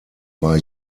war